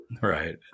Right